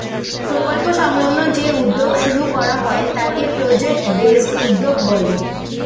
প্রকল্প সংলগ্ন যে উদ্যোগ শুরু করা হয় তাকে প্রজেক্ট বেসড উদ্যোগ বলে